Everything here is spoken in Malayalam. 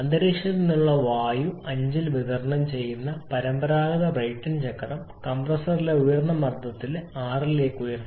അന്തരീക്ഷത്തിൽ നിന്നുള്ള വായു 5 ൽ വിതരണം ചെയ്യുന്ന പരമ്പരാഗത ബ്രൈറ്റൺ ചക്രം കംപ്രസ്സറിലെ ഉയർന്ന മർദ്ദത്തിലേക്ക് 6 ലേക്ക് ഉയർത്തി